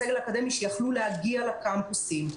סגל אקדמי שיכלו להגיע לקמפוסים.